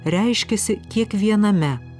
reiškiasi kiekviename